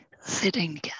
sitting